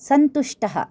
सन्तुष्टः